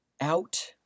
out